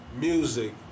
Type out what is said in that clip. Music